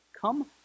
Come